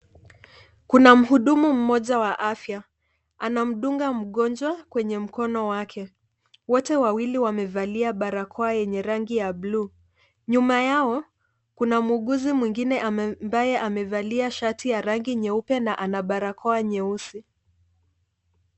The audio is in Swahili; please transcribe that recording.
Kuna mhudumu mmoja wa afya anamdunga mgojwa kwenye mkono wake, wote wawili wamevalia barakoa yenye rangi ya buluu, nyuma yako kuna muuguzi mwingine ambaye amevalia shati ya rangi nyeupe na ana barakoa nyeusi.